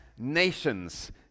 nations